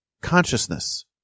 consciousness